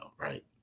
right